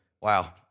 wow